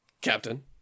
Captain